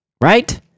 right